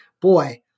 boy